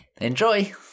Enjoy